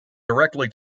directly